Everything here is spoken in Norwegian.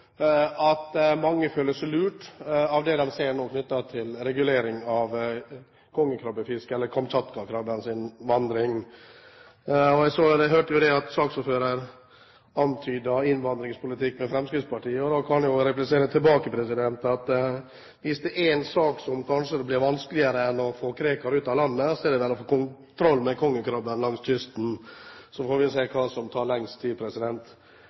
at mange føler seg lurt av det de ser nå knyttet til regulering av kongekrabbefisket, eller kamtsjatkakrabbens vandring. Så hørte vi at saksordføreren antydet innvandringspolitikk med Fremskrittspartiet, og da kan jeg jo replisere tilbake at hvis det er en sak som kanskje blir vanskeligere enn å få Krekar ut av landet, så er det vel å få kontroll med kongekrabben langs kysten. Så får vi se hva som tar lengst